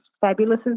fabulous